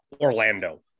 Orlando